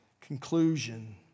conclusion